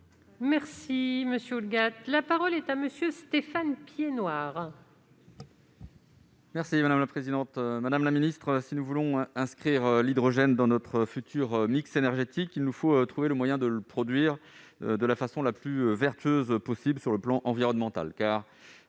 de cohérence. La parole est à M. Stéphane Piednoir. Madame la secrétaire d'État, si nous voulons inscrire l'hydrogène dans notre futur mix énergétique, il nous faut trouver le moyen de le produire de la façon la plus vertueuse possible sur le plan environnemental.